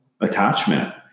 attachment